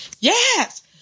Yes